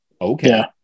Okay